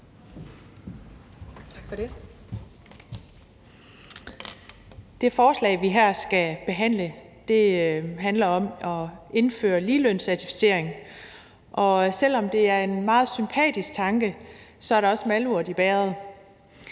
Tak for det.